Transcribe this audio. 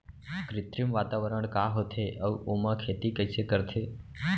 कृत्रिम वातावरण का होथे, अऊ ओमा खेती कइसे करथे?